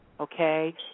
Okay